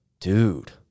dude